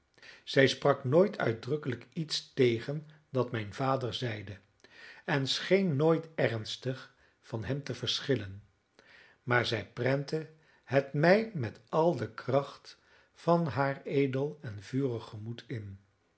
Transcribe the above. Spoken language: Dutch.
zij sprak nooit uitdrukkelijk iets tegen dat mijn vader zeide en scheen nooit ernstig van hem te verschillen maar zij prentte het mij met al de kracht van haar edel en vurig gemoed in